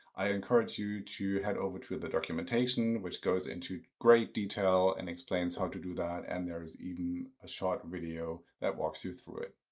i encourage you to head over to the documentation, which goes into great detail and explains how to do that. and there's even a short video that walks you through it.